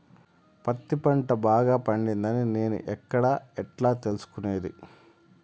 పత్తి పంట బాగా పండిందని నేను ఎక్కడ, ఎట్లా తెలుసుకునేది?